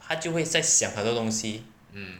他就会在想很多东西